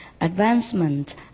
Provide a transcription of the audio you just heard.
advancement